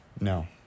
No